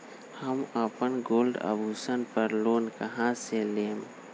हम अपन गोल्ड आभूषण पर लोन कहां से लेम?